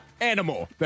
animal